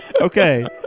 Okay